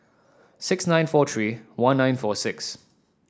six nine four three one nine four six